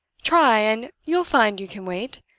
try, and you'll find you can wait.